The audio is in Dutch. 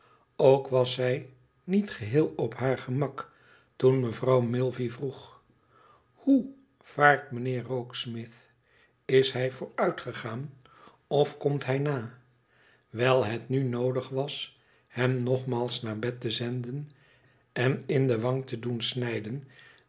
ook was zij niet geheel op haar gemak toen mevrouw milvey vroeg h o e vaart mijnheer rokesmith is hij vooruitgegaan ofkomt hij na wijl het nu noodig was hem nogmaals naar bed te zenden en in de wang te doen snijden